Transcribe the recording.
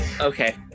okay